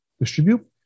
distribute